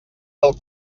del